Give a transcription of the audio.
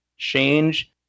change